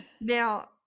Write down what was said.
now